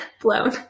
blown